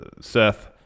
Seth